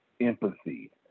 empathy